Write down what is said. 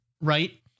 Right